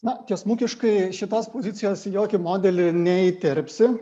na tiesmukiškai šitos pozicijos į jokį modelį neįterpsi